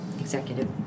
Executive